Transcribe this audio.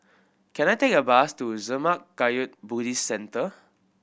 can I take a bus to Zurmang Kagyud Buddhist Centre